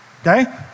Okay